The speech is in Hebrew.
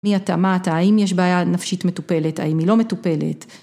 מי אתה? מה אתה? האם יש בעיה נפשית מטופלת? האם היא לא מטופלת?